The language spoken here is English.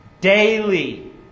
daily